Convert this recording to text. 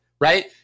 right